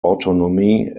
autonomy